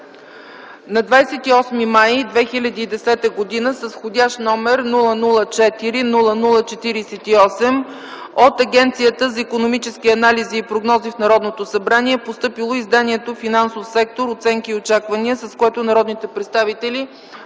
На 28 май 2010 г. с вх. № 004-00-48 от Агенцията за икономически анализи и прогнози в Народното събрание е постъпило изданието „Финансов сектор – оценки и очаквания”, с което народните представители